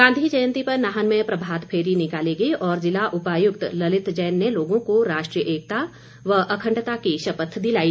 गांधी जयंती पर नाहन में प्रभात फेरी निकाली गई और ज़िला उपायुक्त ललित जैन ने लोगों को राष्ट्रीय एकता व अखण्डता की शपथ दिलाई